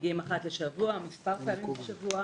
מגיעים אחת לשבוע, כמה פעמים בשבוע